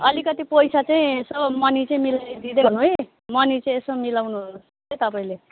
अलिकति पैसा चाहिँ यसो मनी चाहिँ मिलाइदिँदै गर्नु है मनी चाहिँ यसो मिलाउनु होस् है तपाईँले